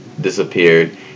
disappeared